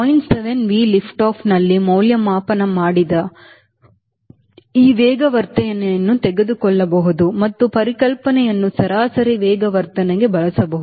7 V lift ಆಫ್ನಲ್ಲಿ ಮೌಲ್ಯಮಾಪನ ಮಾಡಿದ ಈ ವೇಗವರ್ಧನೆಯನ್ನು ತೆಗೆದುಕೊಳ್ಳಬಹುದು ಮತ್ತು ಪರಿಕಲ್ಪನೆಯನ್ನು ಸರಾಸರಿ ವೇಗವರ್ಧನೆಗೆ ಬಳಸಬಹುದು